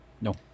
No